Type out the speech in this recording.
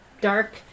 dark